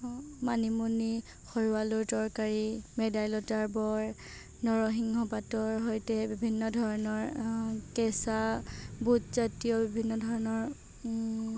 মানিমুনি ঘৰুৱা আলুৰ তৰকাৰী ভেদাইলতাৰ বৰ নৰসিংহ পাতৰ সৈতে বিভিন্ন ধৰণৰ কেঁচা বুটজাতীয় বিভিন্ন ধৰণৰ